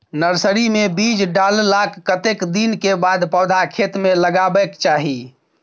Nursery मे बीज डाललाक कतेक दिन के बाद पौधा खेत मे लगाबैक चाही?